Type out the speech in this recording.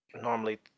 normally